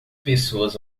pessoas